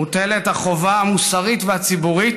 מוטלת החובה המוסרית והציבורית